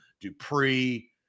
Dupree